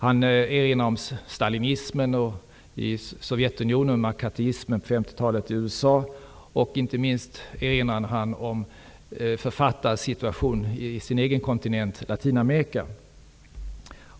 Han erinrar om stalinismen i 1950-talet och inte minst om författarnas situation i sin egen kontinent Latinamerika.